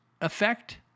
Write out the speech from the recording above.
effect